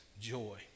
joy